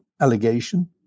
allegation